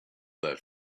that